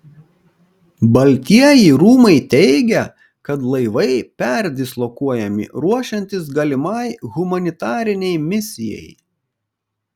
baltieji rūmai teigia kad laivai perdislokuojami ruošiantis galimai humanitarinei misijai